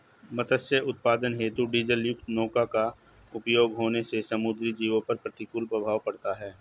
मत्स्य उत्पादन हेतु डीजलयुक्त नौका का प्रयोग होने से समुद्री जीवों पर प्रतिकूल प्रभाव पड़ता है